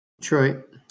Detroit